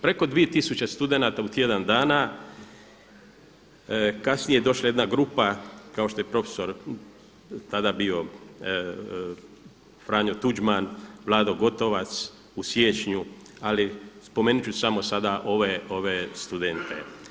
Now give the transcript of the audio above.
Preko 2 tisuće studenata u tjedan dana, kasnije je došla jedna grupa kao što je profesor tada bio Franjo Tuđman, Vlado Gotovac, u siječnju ali spomenut ću samo sada ove studente.